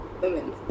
women